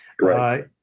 Right